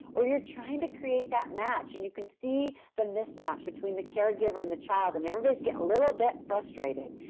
or, you're trying to create that match, and you can see that mismatch between the caregiver and the child and everybody gets a little bit frustrated,